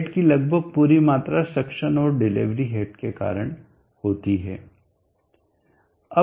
head की लगभग पूरी मात्रा सक्शन और डिलीवरी हेड के कारण होती है